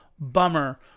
bummer